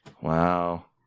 wow